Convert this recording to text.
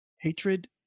hatred